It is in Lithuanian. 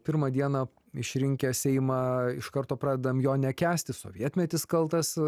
pirmą dieną išrinkę seimą iš karto pradedam jo nekęsti sovietmetis kaltas